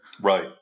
Right